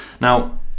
Now